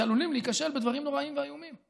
שעלולים להיכשל בדברים נוראים ואיומים.